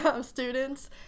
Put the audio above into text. students